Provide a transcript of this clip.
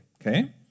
okay